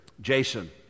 Jason